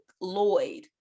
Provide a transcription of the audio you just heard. lloyd